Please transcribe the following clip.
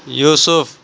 یوسف